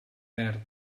verd